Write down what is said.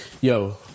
yo